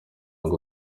ngo